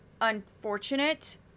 unfortunate